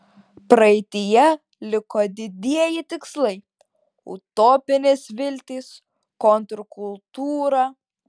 praeityje liko didieji tikslai utopinės viltys kontrkultūra